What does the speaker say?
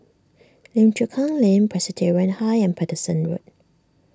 Lim Chu Kang Lane Presbyterian High and Paterson Road